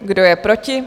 Kdo je proti?